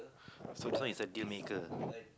so this one is a deal maker